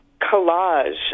collage